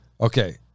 Okay